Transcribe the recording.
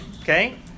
Okay